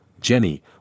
Jenny